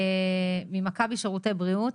ממכבי שירותי בריאות